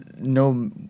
No